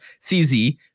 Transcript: CZ